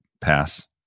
pass